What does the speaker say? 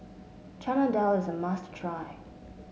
Chana Dal is a must try